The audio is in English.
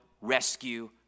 rescue